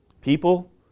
people